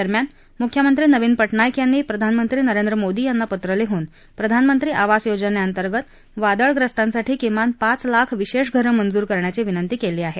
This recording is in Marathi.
दरम्यान मुख्यमंत्री नवीन पटनाईक यांनी प्रधानमंत्री नरेंद्र मोदी यांना पत्र लिहून प्रधानमंत्री आवास योजनेअंतर्गत वादळग्रस्तांसाठी किमान पाच लाख विशेष घरं मंजूर करण्याची विनंती केली आहे